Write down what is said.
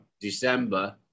December